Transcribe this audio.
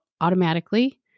automatically